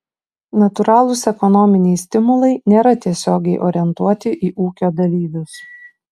natūralūs ekonominiai stimulai nėra tiesiogiai orientuoti į ūkio dalyvius